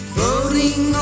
Floating